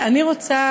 אני רוצה,